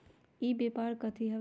ई व्यापार कथी हव?